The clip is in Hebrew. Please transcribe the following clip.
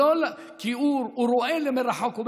כי הוא רואה למרחוק.